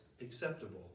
acceptable